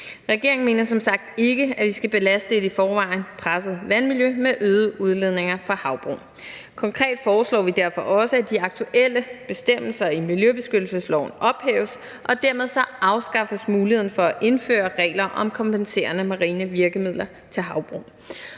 regeringen mener som sagt ikke, at vi skal belaste et i forvejen presset vandmiljø med øgede udledninger fra havbrug. Konkret foreslår vi derfor også, at de aktuelle bestemmelser i miljøbeskyttelsesloven ophæves, og dermed afskaffes muligheden for at indføre regler om kompenserende marine virkemidler til havbrug.